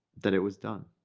that it was done.